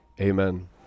Amen